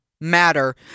matter